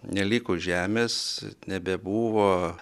neliko žemės nebebuvo